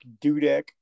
Dudek